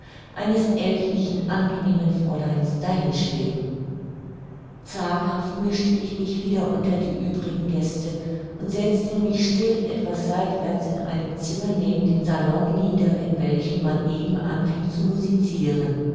eines ältlichen angenehmen fräuleins dahin schweben zaghaft mischte ich mich wieder unter die übrigen gäste und setzte mich still etwas seitwärts in einem zimmer neben dem salon nieder in welchem man eben anfing zu musiciren